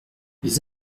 les